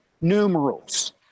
numerals